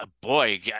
boy